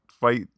fight